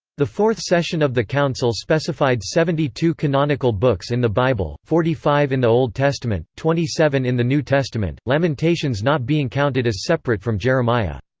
the fourth session of the council specified seventy two canonical books in the bible forty five in the old testament, twenty seven in the new testament lamentations not being counted as separate from jeremiah.